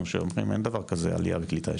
שאומרים שאין דבר כזה עלייה וקליטה,